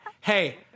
hey